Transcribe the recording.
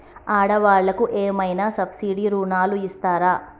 ఆడ వాళ్ళకు ఏమైనా సబ్సిడీ రుణాలు ఇస్తారా?